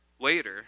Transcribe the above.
later